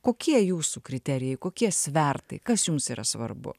kokie jūsų kriterijai kokie svertai kas jums yra svarbu